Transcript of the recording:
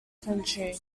country